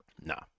Nah